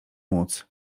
móc